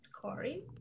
Corey